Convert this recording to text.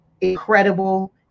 incredible